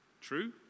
True